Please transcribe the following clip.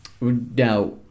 Now